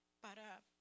para